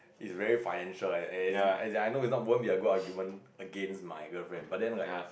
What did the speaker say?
is very financial and as in likeI know it's not going to be a good argument against my girlfriend but then like